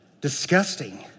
disgusting